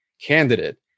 candidate